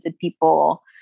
people